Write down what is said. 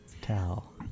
tell